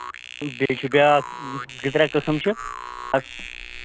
بیٚیہِ چھُ بیٛاکھ زٕ ترٛےٚ قٕسٕم چھِ اَکھ